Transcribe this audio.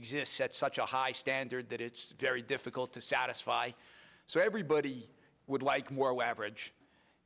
exists sets such a high standard that it's very difficult to satisfy so everybody would like more average